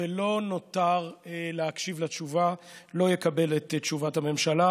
ולא נותר להקשיב לתשובה לא יקבל את תשובת הממשלה,